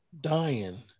Dying